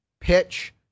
pitch